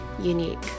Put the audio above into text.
unique